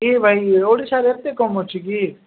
କି ଭାଇ ଓଡ଼ିଶାାରେ ଏତେ କମ୍ ଅଛି କି